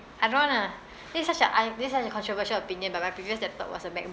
I don't wanna this is such a un~ this is such a controversial opinion but my previous laptop was a